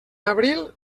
abril